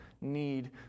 need